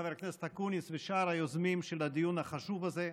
חבר הכנסת אקוניס ושאר היוזמים של הדיון החשוב הזה,